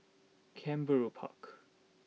Canberra Park